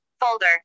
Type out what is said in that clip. Folder